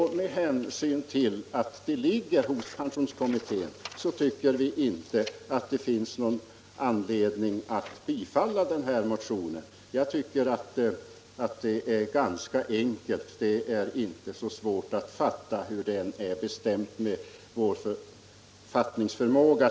Med hänsyn till att frågan ligger hos pensionskommittén tycker vi inte att det finns någon anledning att bifalla den här motionen. Jag tycker att det är ganska enkelt. Det är inte så svårt att fatta, hur det än är beställt med vår fattningsförmåga.